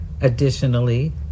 Additionally